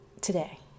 today